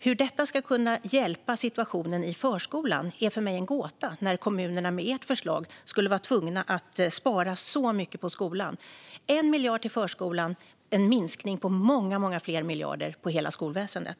Hur detta ska kunna hjälpa situationen i förskolan är för mig en gåta, då kommunerna med ert förslag skulle vara tvungna att spara så mycket på skolan. Ni föreslår 1 miljard till förskolan men en minskning på många fler miljarder för hela skolväsendet.